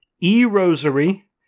e-rosary